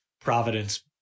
Providence